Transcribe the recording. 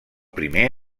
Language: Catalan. primer